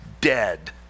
dead